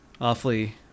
awfully